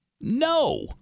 No